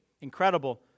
incredible